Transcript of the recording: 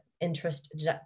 interest